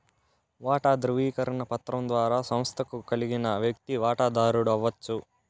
వాటా దృవీకరణ పత్రం ద్వారా సంస్తకు కలిగిన వ్యక్తి వాటదారుడు అవచ్చు